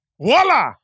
Voila